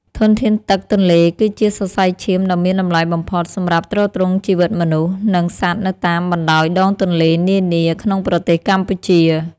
ធនធានទឹកទន្លេគឺជាសរសៃឈាមដ៏មានតម្លៃបំផុតសម្រាប់ទ្រទ្រង់ជីវិតមនុស្ស និង សត្វនៅតាមបណ្តោយដងទន្លេនានាក្នុងប្រទេសកម្ពុជា។